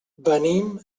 venim